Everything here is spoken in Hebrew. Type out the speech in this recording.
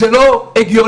זה לא הגיוני.